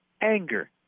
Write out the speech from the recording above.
anger